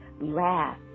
Laugh